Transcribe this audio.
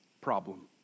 problem